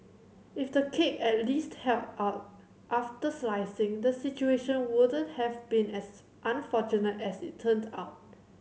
if the cake at least held up after slicing the situation wouldn't have been as unfortunate as it turned out